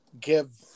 give